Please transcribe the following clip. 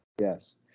Yes